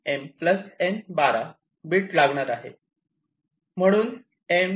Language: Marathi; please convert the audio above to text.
M N 12 बीट लागणार आहेत